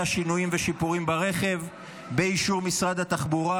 שינויים ושיפורים ברכב באישור משרד התחבורה.